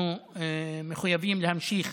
אנחנו מחויבים להמשיך